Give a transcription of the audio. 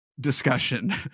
discussion